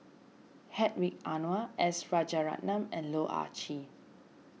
Hedwig Anuar S Rajaratnam and Loh Ah Chee